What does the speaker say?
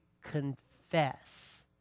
confess